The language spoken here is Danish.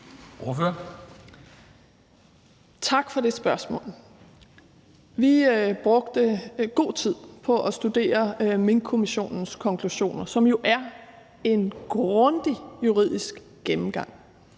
Tak for det spørgsmål. Vi brugte god tid på at studere Minkkommissionens konklusioner, som jo er en grundig juridisk gennemgang.